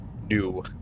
new